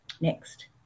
Next